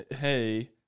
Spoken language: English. hey